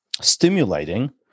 stimulating